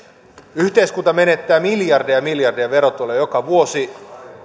yhteiskunta menettää miljardeja miljardeja verotuloja joka vuosi